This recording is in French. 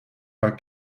vingt